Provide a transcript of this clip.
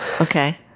okay